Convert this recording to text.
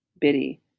Biddy